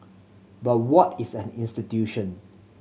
but what is an institution